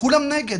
כולם נגד,